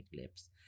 lips